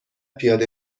پیاده